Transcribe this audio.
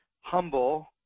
humble